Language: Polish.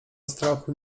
strachu